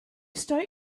start